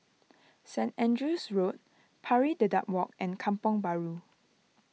Saint Andrew's Road Pari Dedap Walk and Kampong Bahru